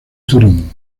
turing